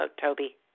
Toby